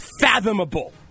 fathomable